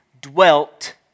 dwelt